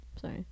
Sorry